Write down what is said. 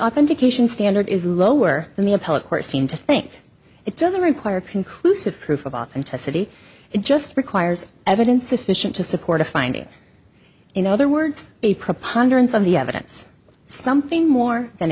authentication standard is lower than the appellate court seem to think it doesn't require conclusive proof of authenticity it just requires evidence sufficient to support a finding in other words a preponderance of the evidence something more than